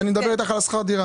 שאלתם אותי על שכר דירה.